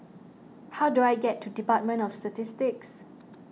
how do I get to Department of Statistics